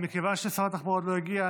מכיוון ששרת התחבורה עוד לא הגיעה,